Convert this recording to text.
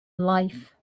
life